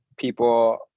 people